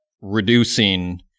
reducing